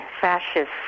fascists